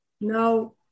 no